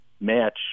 match